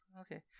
Okay